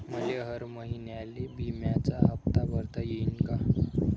मले हर महिन्याले बिम्याचा हप्ता भरता येईन का?